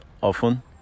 often